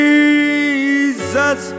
Jesus